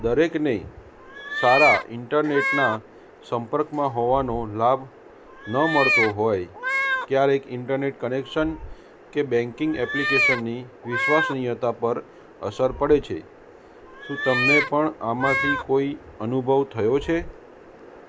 દરેકને સારા ઇન્ટરનેટના સંપર્કમાં હોવાનો લાભ ન મળતો હોય ક્યારેક ઇન્ટરનેટ કનેક્શન કે બેન્કિંગ ઍપ્લિકેશનની વિશ્વસનીયતા પર અસર પડે છે શું તમને પણ આમાંથી કોઈ અનુભવ થયો છે